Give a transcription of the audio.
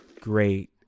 Great